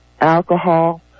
alcohol